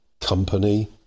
company